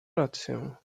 rację